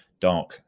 dark